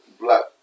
black